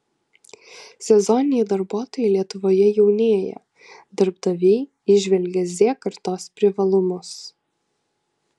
sezoniniai darbuotojai lietuvoje jaunėja darbdaviai įžvelgia z kartos privalumus